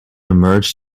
emerged